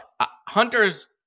Hunter's